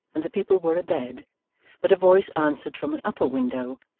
and the people were abed but a voice answered from an upper window,